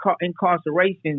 incarceration